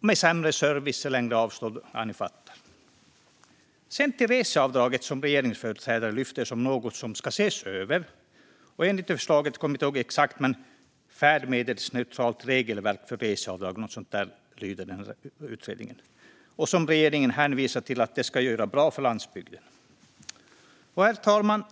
med sämre service och längre avstånd. Ja, ni fattar. Sedan kommer jag till reseavdraget, som regeringsföreträdare lyfter fram som något som ska ses över. Utredningen har lämnat promemorian Skattelättnad för arbetsresor - ett enklare och färdmedelsneutralt regelverk . Regeringen hänvisar till att förslagen ska göra det bra för landsbygden. Herr talman!